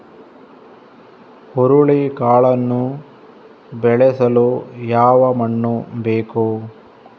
ಹುರುಳಿಕಾಳನ್ನು ಬೆಳೆಸಲು ಯಾವ ಮಣ್ಣು ಬೇಕು?